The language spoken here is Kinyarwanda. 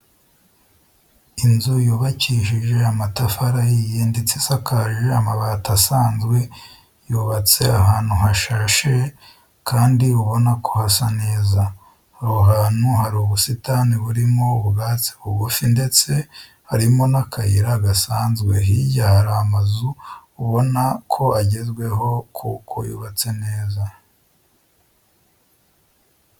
Inzu yubakishije amatafari ahiye ndetse isakaje amabati asanzwe yubatse ahantu hashashe kandi ubona ko hasa neza. Aho hantu hari ubusitani burimo ubwatsi bugufi ndetse harimo n'akayira gasanzwe, hirya hari amazu ubona ko agezweho kuko yubatse neza.